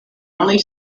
only